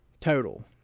total